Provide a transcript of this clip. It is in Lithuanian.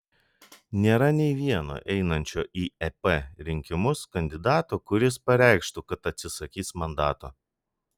nėra nei vieno einančio į ep rinkimus kandidato kuris pareikštų kad atsisakys mandato